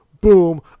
Boom